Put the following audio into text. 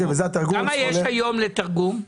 כמה כסף יש היום לתרגום?